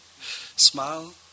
smile